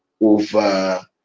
over